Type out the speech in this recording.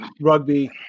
rugby